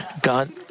God